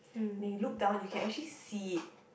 then you look down you can actually see it